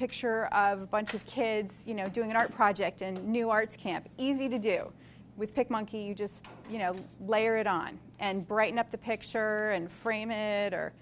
picture of a bunch of kids you know doing an art project and new art camp easy to do with pick monkey just you know layer it on and brighten up the picture and frame it or